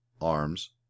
arms